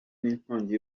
n’inkongi